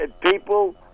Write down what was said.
people